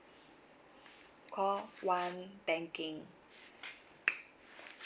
call one banking